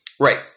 Right